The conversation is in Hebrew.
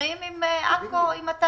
מסתדרים עם עכו, עם התאריכים?